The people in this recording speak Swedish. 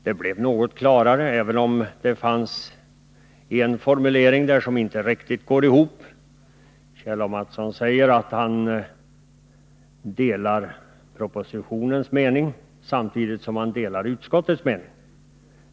Det blev något klarare, även om Kjell A. Mattsson i ett avseende använde en formulering som var något motsägelsefull. Han sade nämligen att han delar den mening som framförs i propositionen och att han samtidigt delar utskottets mening.